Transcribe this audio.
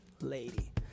Lady